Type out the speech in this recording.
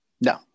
No